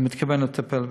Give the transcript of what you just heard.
אני מתכוון לטפל בזה.